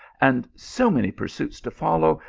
and so many pursuits to follow,